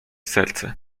serce